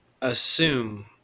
assume